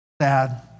sad